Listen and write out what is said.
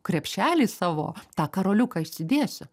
krepšelį savo tą karoliuką įsidėsiu